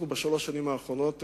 בשלוש השנים האחרונות,